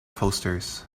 posters